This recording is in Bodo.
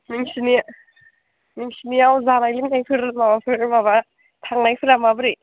नोंसोरनियाव जानाय लोंनायफोर माबाफोर माबा थांनायफोरा माबोरै